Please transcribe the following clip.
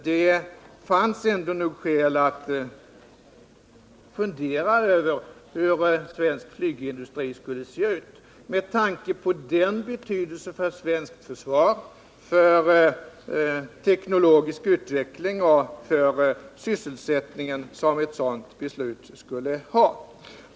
Det fanns ändå skäl att fundera över hur svensk flygindustri skulle se ut — med tanke på den betydelse för svenskt försvar, för teknologisk utveckling och för sysselsättningen som ett sådant beslut skulle ha.